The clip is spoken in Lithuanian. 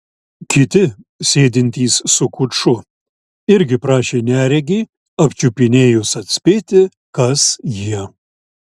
kiti sėdintys su kuču irgi prašė neregį apčiupinėjus atspėti kas jie